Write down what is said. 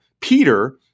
Peter